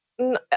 no